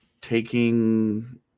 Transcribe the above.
taking